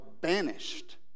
banished